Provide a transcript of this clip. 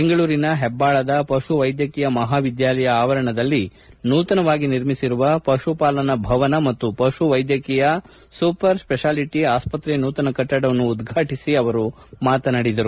ಬೆಂಗಳೂರಿನ ಪಬ್ದಾಳದ ಪಶುವೈದ್ಯಕೀಯ ಮಹಾವಿದ್ಯಾಲಯ ಆವರಣದಲ್ಲಿ ನೂತನವಾಗಿ ನಿರ್ಮಿಸಿರುವ ಪಶುಪಾಲನಾ ಭವನ ಮತ್ತು ಪಶುವೈದ್ಯಕೀಯ ಸೂಪರ್ ಸ್ವೆಷಾಲಿಟಿ ಆಸ್ಪತ್ರೆ ನೂತನ ಕಟ್ಟಡವನ್ನು ಉದ್ಘಾಟಿಸಿ ಮಾತನಾಡಿದರು